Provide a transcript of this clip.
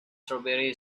strawberry